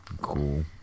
cool